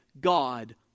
God